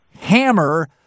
hammer